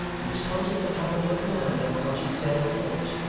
he was conscious of having no command over what he said or thought,